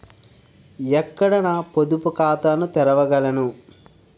ఎక్కడ నా పొదుపు ఖాతాను తెరవగలను?